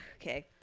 Okay